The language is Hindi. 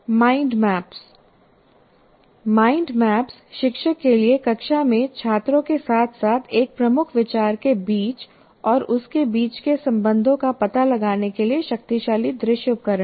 माइंड मैप्स माइंड मैप शिक्षक के लिए कक्षा में छात्रों के साथ साथ एक प्रमुख विचार के बीच और उसके बीच के संबंधों का पता लगाने के लिए शक्तिशाली दृश्य उपकरण हैं